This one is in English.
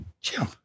Jim